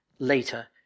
later